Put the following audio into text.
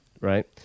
right